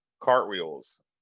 cartwheels